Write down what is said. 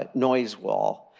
ah noise wall,